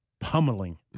pummeling